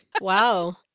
Wow